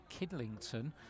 Kidlington